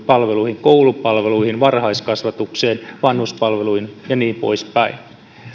palveluihin koulupalveluihin varhaiskasvatukseen vanhuspalveluihin ja niin poispäin